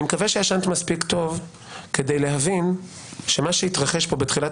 אני מקווה שישנת מספיק טוב כדי להבין שמה שהתרחש כאן בתחילת